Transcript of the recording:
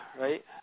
right